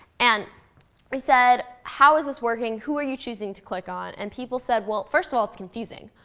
and we said, how is this working, who are you choosing to click on? and people said, well, first of all, it's confusing.